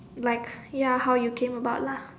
like ya how you came about lah